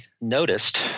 noticed